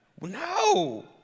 No